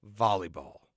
volleyball